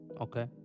Okay